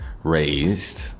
raised